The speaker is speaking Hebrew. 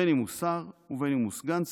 בין אם הוא שר ובין אם הוא סגן שר.